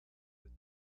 with